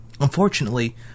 Unfortunately